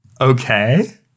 Okay